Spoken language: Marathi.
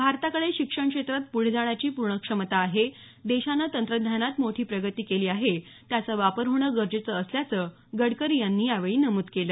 भारताकडे शिक्षण क्षेत्रात पुढे जाण्याची पूर्ण क्षमता आहे देशानं तंत्रज्ञानात मोठी प्रगती केली आहे त्याचा वापर होणं गरजेचं असल्याचं गडकरी यांनी यावेळी नमूद केलं